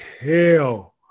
hell